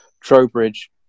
Trowbridge